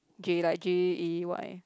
Jay like J_A_Y